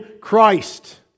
Christ